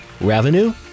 revenue